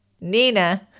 Nina